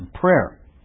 prayer